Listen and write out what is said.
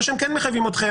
או שהם כן מחייבים אתכם,